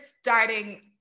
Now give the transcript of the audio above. starting